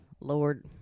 Lord